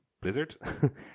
Blizzard